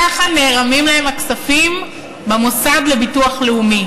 ככה נערמים להם הכספים במוסד לביטוח לאומי,